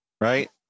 right